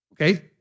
Okay